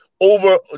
over